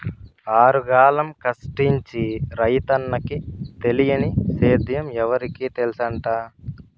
ఆరుగాలం కష్టించి రైతన్నకి తెలియని సేద్యం ఎవరికి తెల్సంట